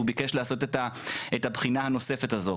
הוא ביקש לעשות את הבחינה הנוספת הזו,